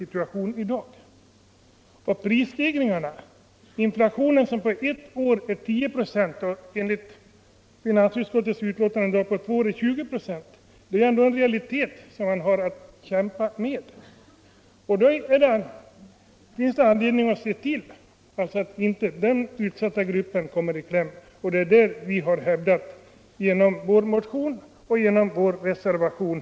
Inflationen, som på ett år har varit 10 96 och enligt finansutskottets betänkande 1975/76:16 under två år varit sammanlagt 20 96, är ändå en realitet som man har att kämpa med. Därför finns det anledning att se till att inte ifrågavarande, utsatta grupper kommer i kläm. Det är det som vi har hävdat genom vår motion och genom reservationen.